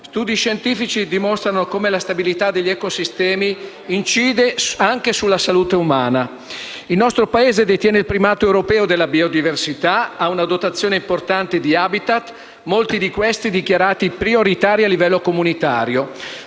Studi scientifici dimostrano come la stabilità degli ecosistemi incida anche sulla salute umana. Il nostro Paese detiene il primato europeo della biodiversità; ha una dotazione importante di habitat, molti di questi dichiarati prioritari a livello comunitario.